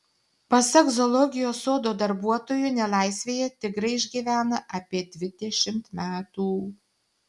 pasak zoologijos sodo darbuotojų nelaisvėje tigrai išgyvena apie dvidešimt metų